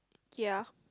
ya